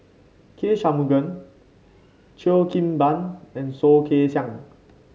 K Shanmugam Cheo Kim Ban and Soh Kay Siang